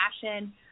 fashion